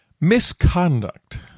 Misconduct